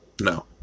No